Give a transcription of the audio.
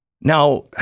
now